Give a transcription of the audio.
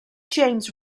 james